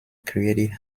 created